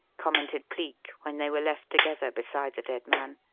commented cleek, when they were left together beside the dead man.